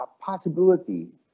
possibility